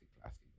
classic